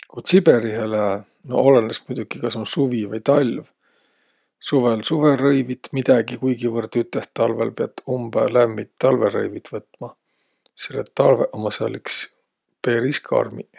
Ku Tsiberihe lää, no olõnõs muidoki, kas um suvi vai um talv. Suvõl suvõrõivit midägi kuigivõrd üteh, talvõl piät umbõ lämmit talvõrõivit võtma, selle et talvõq ummaq sääl iks peris karmiq.